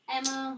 Emma